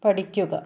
പഠിക്കുക